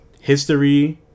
History